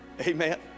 Amen